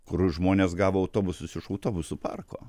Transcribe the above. kur žmonės gavo autobusus iš autobusų parko